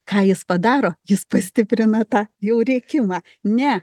ką jis padaro jis pastiprina tą jau rėkimą ne